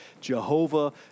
Jehovah